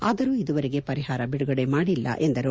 ಆದರೂ ಇದುವರೆಗೆ ಪರಿಹಾರ ಬಿಡುಗಡೆ ಮಾಡಿಲ್ಲ ಎಂದು ಹೇಳಿದರು